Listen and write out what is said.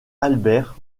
albert